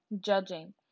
judging